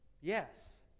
Yes